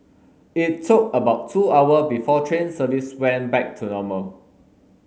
it took about two hour before train service went back to normal